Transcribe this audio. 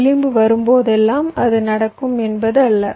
விளிம்பு வரும்போதெல்லாம் அது நடக்கும் என்பது அல்ல